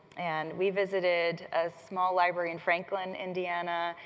and we visited a small library in franklin indiana,